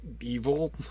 evil